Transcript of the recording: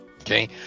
okay